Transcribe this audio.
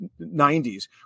90s